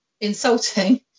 insulting